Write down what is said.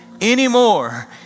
anymore